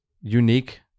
unique